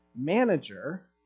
manager